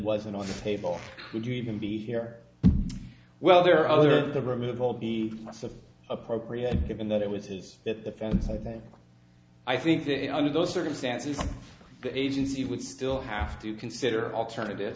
wasn't on the table would you even be here well there are other the removal be appropriate given that it was that the fence ok i think that under those circumstances the agency would still have to consider alternative